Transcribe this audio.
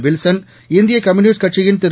Wilson இந்திய communist கட்சியின் திரு